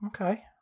okay